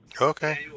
okay